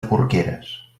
porqueres